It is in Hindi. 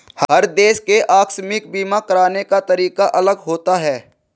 हर देश के आकस्मिक बीमा कराने का तरीका अलग होता है